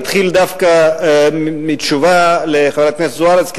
אתחיל דווקא מתשובה לחברת הכנסת זוארץ,